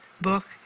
book